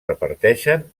reparteixen